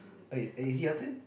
oi oi is it your turn